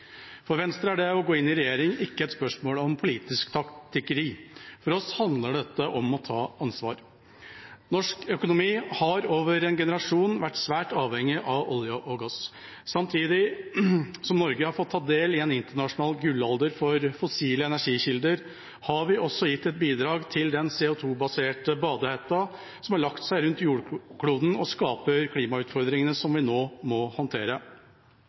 For Venstre er det å gå inn i regjering ikke et spørsmål om politisk taktikkeri. For oss handler dette om å ta ansvar. Norsk økonomi har over en generasjon vært svært avhengig av olje og gass. Samtidig som Norge har fått ta del i en internasjonal gullalder for fossile energikilder, har vi også gitt et bidrag til den CO 2 -baserte badehetta som har lagt seg rundt jordkloden og skaper klimautfordringene vi nå må håndtere.